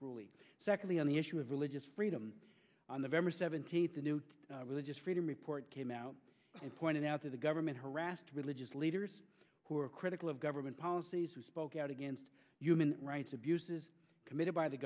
cruelly secondly on the issue of religious freedom on the seventeenth the new religious freedom report came out and pointed out to the government harassed religious leaders who are critical of government policies who spoke out against human rights abuses committed by the